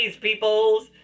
peoples